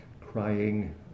crying